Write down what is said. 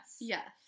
yes